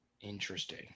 Interesting